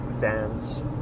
fans